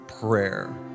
prayer